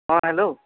অ' hello